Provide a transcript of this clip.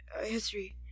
history